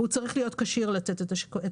הוא צריך להיות כשיר לתת את השירותים.